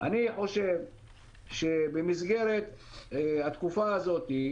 אני חושב שבמסגרת התקופה הזאת,